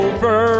Over